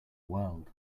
world